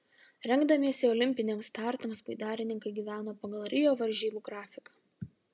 rengdamiesi olimpiniams startams baidarininkai gyveno pagal rio varžybų grafiką